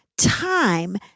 time